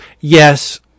yes